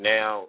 Now